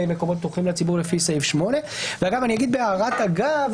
מקומות פתוחים לציבור לפי סעיף 8. אני אגיד בהערת אגב,